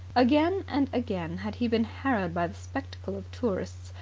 again and again had he been harrowed by the spectacle of tourists,